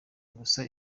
gusa